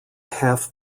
half